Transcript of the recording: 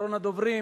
אחרון הדוברים,